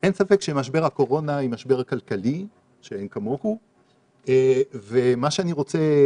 אין ספק שמשבר הקורונה הוא משבר כלכלי שאין כמוהו ומה שאני רוצה